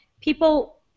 people